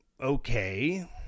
Okay